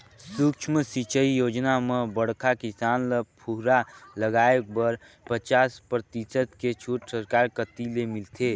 सुक्ष्म सिंचई योजना म बड़खा किसान ल फुहरा लगाए बर पचास परतिसत के छूट सरकार कति ले मिलथे